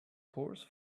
horse